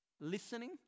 listening